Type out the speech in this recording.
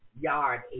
yard